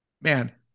Man